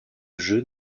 jeux